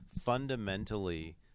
fundamentally